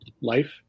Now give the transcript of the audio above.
life